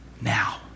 now